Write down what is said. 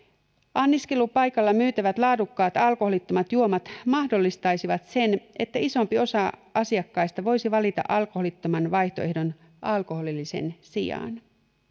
anniskelupaikalla myytävät laadukkaat alkoholittomat juomat mahdollistaisivat sen että isompi osa asiakkaista voisi valita alkoholittoman vaihtoehdon alkoholillisen sijaan